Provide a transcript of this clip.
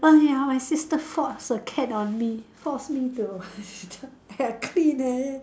oh ya my sister force a cat on me force me to clean eh